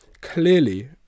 clearly